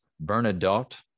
Bernadotte